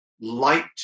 light